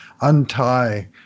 untie